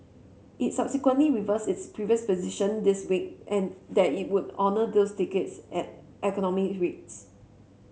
it subsequently reversed its previous position this week and that it would honour those tickets at economy rates